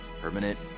permanent